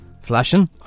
Flashing